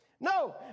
No